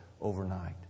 overnight